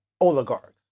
oligarchs